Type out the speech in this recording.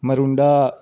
ਮਰੂੰਡਾ